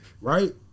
right